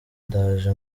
ndaje